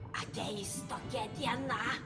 ateis tokia diena